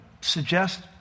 Suggest